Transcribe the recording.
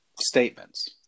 statements